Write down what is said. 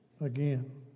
again